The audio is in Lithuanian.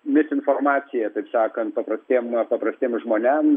misinformaciją taip sakant paprastiem paprastiem žmonėm